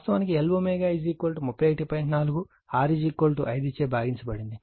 4 R 5 చే భాగించబడినది